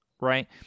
right